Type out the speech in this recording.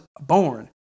born